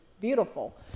beautiful